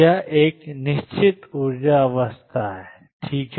यह एक निश्चित ऊर्जा अवस्था है ठीक है